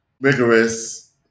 rigorous